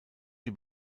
die